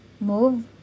move